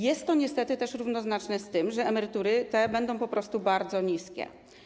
Jest to niestety równoznaczne z tym, że emerytury te będą po prostu bardzo niskie.